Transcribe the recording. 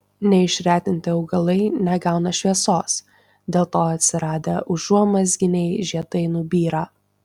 neišretinti augalai negauna šviesos dėl to atsiradę užuomazginiai žiedai nubyra